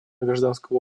гражданского